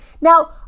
Now